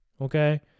Okay